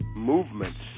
movements